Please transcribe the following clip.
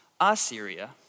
Assyria